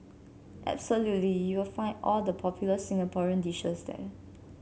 absolutely you will find all the popular Singaporean dishes there